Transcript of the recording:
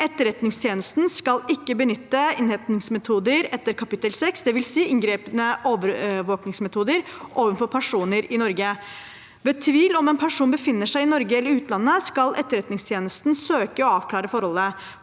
«Etterretningstjenesten skal ikke benytte innhentingsmetoder etter kapittel 6» – dvs. inngripende overvåkingsmetoder – «overfor personer i Norge. Ved tvil om en person befinner seg i Norge eller utlandet, skal Etterretningstjenesten søke å avklare forholdet.